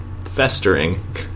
festering